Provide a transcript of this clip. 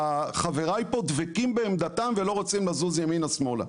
חבריי פה דבקים בעמדתם ולא רוצים לזוז ימינה שמאלה.